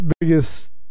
biggest